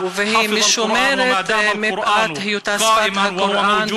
והיא משומרת מפאת היותה שפת הקוראן.